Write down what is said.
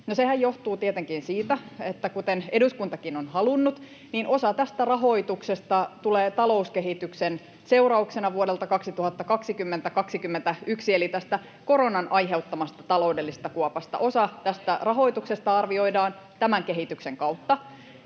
sehän johtuu tietenkin siitä, kuten eduskuntakin on halunnut, että osa tästä rahoituksesta tulee talouskehityksen seurauksena vuosilta 2020—21 eli tästä koronan aiheuttamasta taloudellisesta kuopasta. Osa tästä rahoituksesta arvioidaan tämän kehityksen kautta.